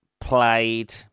played